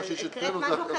את הקראת משהו אחר.